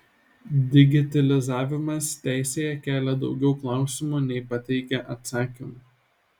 digitalizavimas teisėje kelia daugiau klausimų nei pateikia atsakymų